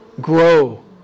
Grow